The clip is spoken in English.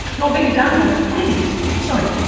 not being a downer sorry,